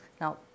now